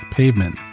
pavement